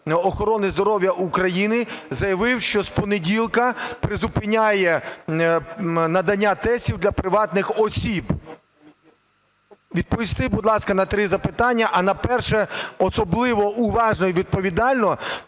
охорони здоров'я України заявив, що з понеділка призупиняє надання тестів для приватних осіб. Дайте відповідь, будь ласка, на три запитання, а на перше – особливо уважно і відповідально,